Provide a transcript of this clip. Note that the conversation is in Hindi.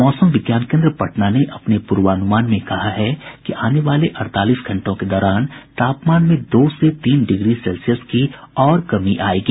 मौसम विज्ञान केन्द्र पटना ने अपने पूर्वानुमान में कहा है कि आने वाले अड़तालीस घंटों के दौरान तापमान में दो से तीन डिग्री सेल्सियस की और कमी आयेगी